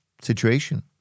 situation